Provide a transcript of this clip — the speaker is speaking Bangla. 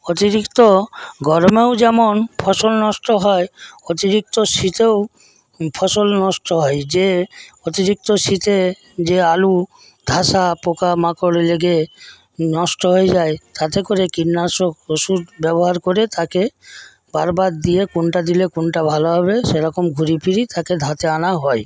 অতিরিক্ত গরমেও যেমন ফসল নষ্ট হয় অতিরিক্ত শীতেও ফসল নষ্ট হয় যে অতিরিক্ত শীতে যে আলু খাসা পোকামাকড় লেগে নষ্ট হয়ে যায় তাতে করে কীটনাশক ওষুধ ব্যবহার করে তাকে বারবার দিয়ে কোনটা দিলে কোনটা ভালো হবে সেরকম ঘুরেফিরে তাকে ধাতে আনা হয়